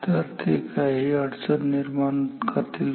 तर ते काही अडचण निर्माण करतील का